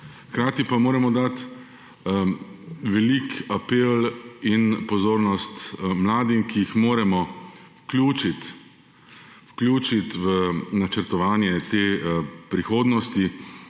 Hkrati pa moramo dati velik apel in pozornost mladim, ki jih moramo vključiti v načrtovanje prihodnosti,